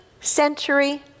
century